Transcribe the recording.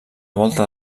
volta